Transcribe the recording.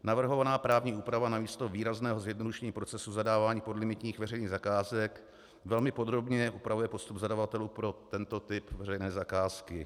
Navrhovaná právní úprava namísto výrazného zjednodušení procesu zadávání podlimitních veřejných zakázek velmi podrobně upravuje postup zadavatelů pro tento typ veřejné zakázky.